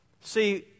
See